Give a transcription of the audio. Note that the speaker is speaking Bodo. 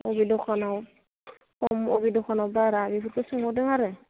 बबे दखानाव खम बबे दखानाव बारा बेफोरखौ सोंहरदों आरो